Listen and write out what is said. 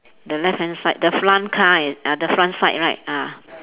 the left hand side the front car err the front side right ah